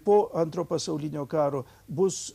po antro pasaulinio karo bus